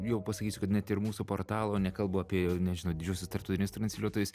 jau pasakysiu kad net ir mūsų portalų nekalbu apie jau nežinau didžiuosius tarptautinius transliuotojus